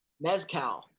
Mezcal